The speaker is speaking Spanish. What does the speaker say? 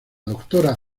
doctora